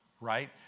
Right